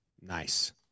Nice